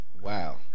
Wow